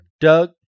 Doug